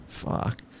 fuck